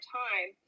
time